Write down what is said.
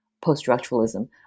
post-structuralism